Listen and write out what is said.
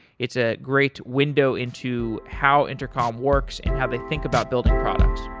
it's a great window into how intercom works and how they think about building products